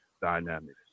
dynamics